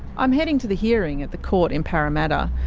i'm heading to the hearing at the court in parramatta.